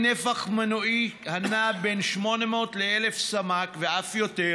בעלי נפח מנועי הנע בין 800 ל-1,000 סמ"ק ואף יותר,